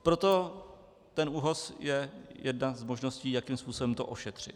Proto ten ÚOHS je jedna z možností, jakým způsobem to ošetřit.